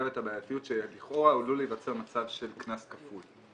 והבעייתיות שלכאורה עלול להיווצר מצב של קנס כפול,